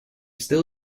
still